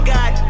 God